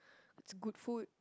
it's good food